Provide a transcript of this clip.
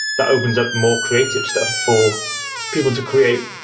that opens up more creative stuff for people to create.